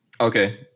Okay